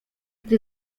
gdy